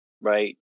right